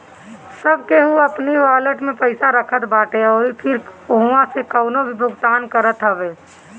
सब केहू अपनी वालेट में पईसा रखत बाटे अउरी फिर उहवा से कवनो भी भुगतान करत हअ